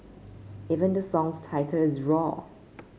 even the song's title is roar